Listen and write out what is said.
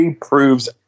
proves